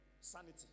sanity